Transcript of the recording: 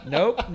Nope